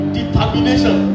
determination